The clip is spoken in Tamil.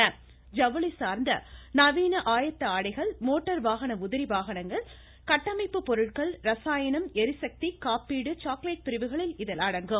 ஐவுளி சார்ந்த நவீன ஆயத்த ஆடைகள் மோட்டார் வாகன உதிரிபாகங்கள் கட்டமைப்பு பொருட்கள் ரசாயனம் ளிசக்தி காப்பீடு சாக்லேட் பிரிவுகள் இதில் அடங்கும்